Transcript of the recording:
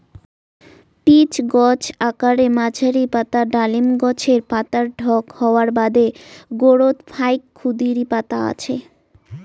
pitch গছ আকারে মাঝারী, পাতা ডালিম গছের পাতার ঢক হওয়ার বাদে গোরোত ফাইক ক্ষুদিরী পাতা আছে